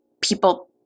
people